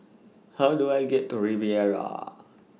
How Do I get to Riviera